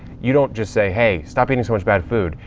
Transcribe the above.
you don't just say, hey, stop eating so much bad food.